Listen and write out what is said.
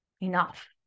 enough